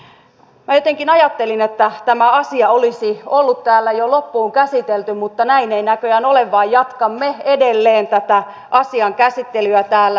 minä jotenkin ajattelin että tämä asia olisi ollut täällä jo loppuun käsitelty mutta näin ei näköjään ole vaan jatkamme edelleen tätä asian käsittelyä täällä